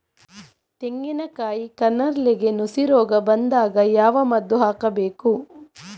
ತೆಂಗಿನ ಕಾಯಿ ಕಾರ್ನೆಲ್ಗೆ ನುಸಿ ರೋಗ ಬಂದಾಗ ಯಾವ ಮದ್ದು ಹಾಕಬೇಕು?